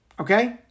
okay